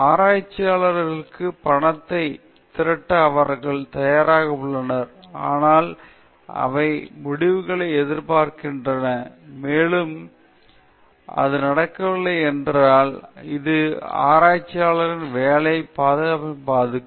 ஆராய்ச்சியாளர்களுக்கு பணத்தைத் திரட்ட அவர்கள் தயாராக உள்ளனர் ஆனால் அவை முடிவுகளை எதிர்பார்க்கின்றன மேலும் இது நடக்கவில்லை என்றால் அது ஆராய்ச்சியாளர்களின் வேலைப் பாதுகாப்பை பாதிக்கும்